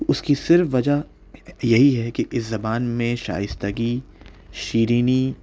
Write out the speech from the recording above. اس کی صرف وجہ یہی ہے کہ اس زبان میں شائستگی شیرینی